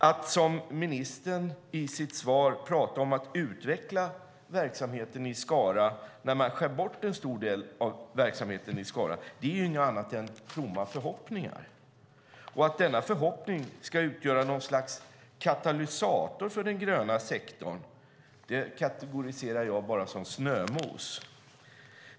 Att som ministern i sitt svar tala om att utveckla verksamheten i Skara när man skär bort en stor del av verksamheten i Skara är inget annat än tomma förhoppningar. Att denna förhoppning ska utgöra något slags katalysator för den gröna sektorn kategoriserar jag som snömos.